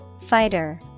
Fighter